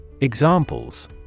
Examples